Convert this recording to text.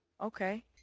Okay